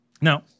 Now